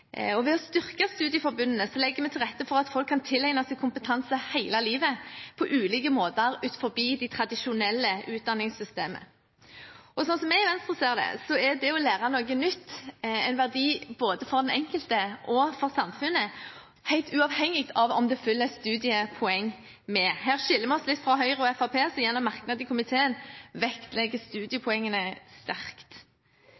rammen. Ved å styrke studieforbundene legger vi til rette for at folk hele livet kan tilegne seg kompetanse på ulike måter utenfor det tradisjonelle utdanningssystemet. Slik vi i Venstre ser det, er det å lære noe nytt en verdi både for den enkelte og for samfunnet, helt uavhengig av om det følger studiepoeng med. Her skiller vi oss litt fra Høyre og Fremskrittspartiet, som gjennom merknad i komitéinnstillingen vektlegger